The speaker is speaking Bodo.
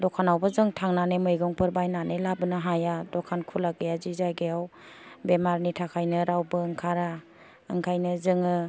दखानावबो जों थांनानै मैगंफोर बायनानै लाबोनो हाया दखान खुला जे जायगायाव बेरामनि थाखायनो रावबो ओंखारा ओंखायनो जोङो